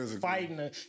fighting